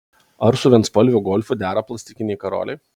ar su vienspalviu golfu dera plastikiniai karoliai